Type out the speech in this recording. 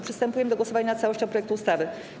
Przystępujemy do głosowania nad całością projektu ustawy.